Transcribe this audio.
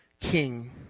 king